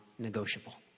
negotiable